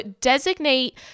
designate